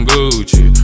Gucci